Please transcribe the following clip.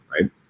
Right